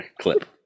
clip